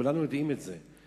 כולם יודעים את זה.